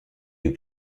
eût